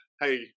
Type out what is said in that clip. hey